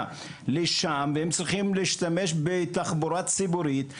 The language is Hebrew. לשם והם צריכים להשתמש בתחבורה ציבורית,